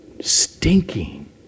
Stinking